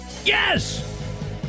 yes